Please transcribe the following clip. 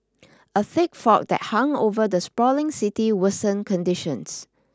a thick fog that hung over the sprawling city worsen conditions